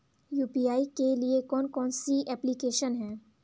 UPI के लिए कौन कौन सी एप्लिकेशन हैं?